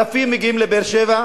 אלפים מגיעים לבאר-שבע,